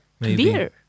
Beer